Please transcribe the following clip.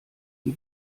die